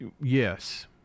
Yes